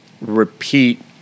repeat